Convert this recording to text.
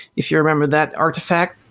if you remember that artifact.